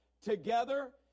Together